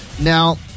Now